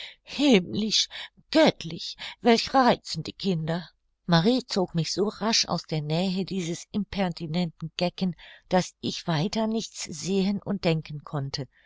himmlisch göttlich welch reizende kinder marie zog mich so rasch aus der nähe dieses impertinenten gecken daß ich weiter nichts sehen und denken konnte